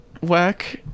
work